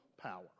power